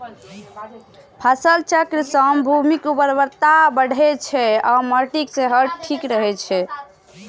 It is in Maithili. फसल चक्र सं भूमिक उर्वरता बढ़ै छै आ माटिक सेहत ठीक रहै छै